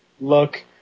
look